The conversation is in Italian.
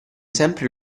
sempre